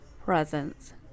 presence